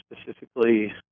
specifically